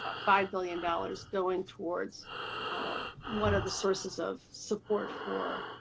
ah five million dollars going towards ah one of the sources of support for